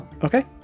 Okay